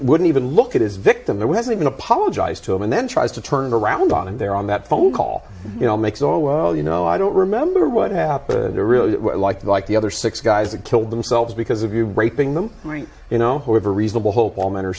wouldn't even look at his victim there wasn't even apologized to him and then tries to turn it around on him there on that phone call you know makes or well you know i don't remember what happened to really like like the other six guys that killed themselves because of you raping them you know who are reasonable hope all men